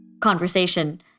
conversation